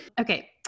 Okay